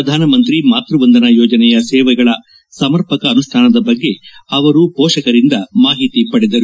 ಪ್ರಧಾನಮಂತ್ರಿ ಮಾತೃವಂದನಾ ಯೋಜನೆಯ ಸೇವೆಗಳ ಸಮರ್ಪಕ ಅನುಷ್ಠಾನದ ಬಗ್ಗೆ ಹೋಷಕರಿಂದ ಮಾಹಿತಿ ಪಡೆದರು